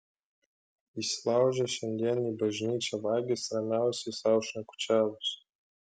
įsilaužę šiandien į bažnyčią vagys ramiausiai sau šnekučiavosi